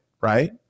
right